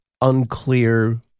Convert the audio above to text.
unclear